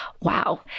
Wow